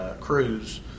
cruise